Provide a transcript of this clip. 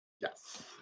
Yes